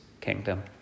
kingdom